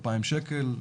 2,000 שקל,